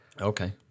Okay